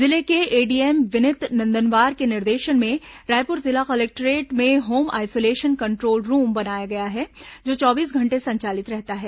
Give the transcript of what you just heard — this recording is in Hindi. जिले के एडीएम विनीत नंदनवार के निर्देशन में रायपुर जिला कलेक्टोरेट में होम आइसोलेशन कंट्रोल रूम बनाया गया है जो चौबीस घंटें संचालित रहता है